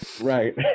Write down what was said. Right